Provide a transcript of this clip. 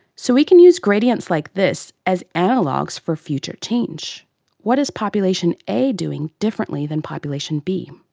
so, we can use gradients like this as analogues for future change what is population a doing differently than population b?